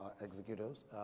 executives